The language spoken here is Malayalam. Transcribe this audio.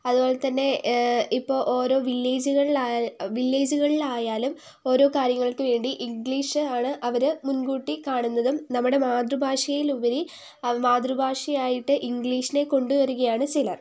അതുപോലെതന്നെ ഇപ്പോൾ ഓരോ വില്ലേജുകളിൽ വില്ലേജുകളിൽ ആയാലും ഓരോ കാര്യങ്ങൾക്ക് വേണ്ടി ഇംഗ്ലീഷ് ആണ് അവർ മുൻകൂട്ടി കാണുന്നതും നമ്മുടെ മാതൃഭാഷയിലുപരി മാതൃഭാഷ ആയിട്ട് ഇംഗ്ലീഷിനെ കൊണ്ടുവരികയാണ് ചിലർ